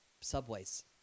subways